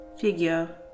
figure